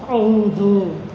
ಹೌದು